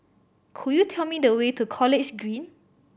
could you tell me the way to College Green